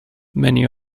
many